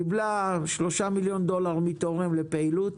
קיבלה 3 מיליון דולר מתורם לפעילות